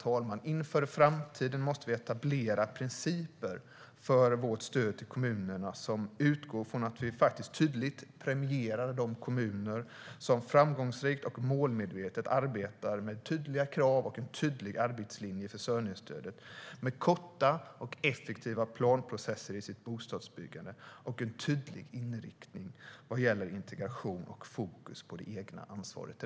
Återigen: Inför vårt framtida stöd till kommunerna måste vi etablera principer som utgår från att vi tydligt premierar de kommuner som framgångsrikt och målmedvetet arbetar med tydliga krav och en tydlig arbetslinje i försörjningsstödet, med korta och effektiva planprocesser i sitt bostadsbyggande och med en tydlig inriktning vad gäller integration och fokus på det egna ansvaret.